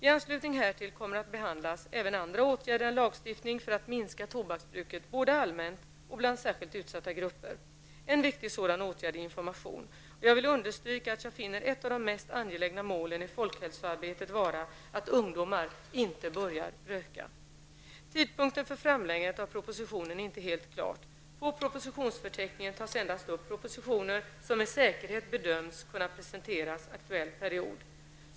I anslutning härtill kommer att behandlas även andra åtgärder än lagstiftning för att minska tobaksbruket både allmänt och bland särskilt utsatta grupper. En viktig sådan åtgärd är information. Jag vill understryka att jag finner ett av de mest angelägna målen i folkhälsoarbetet vara att ungdomar inte börjar röka. Tidpunkten för framläggandet av propositionen är inte helt klar. På propositionsförteckningen tas endast upp propositioner som med säkerhet bedöms kunna presenteras aktuell period.